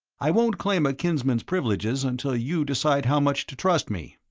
i won't claim a kinsman's privileges until you decide how much to trust me.